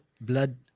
blood